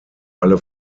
alle